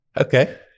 Okay